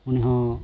ᱩᱱᱤ ᱦᱚᱸ